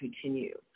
continue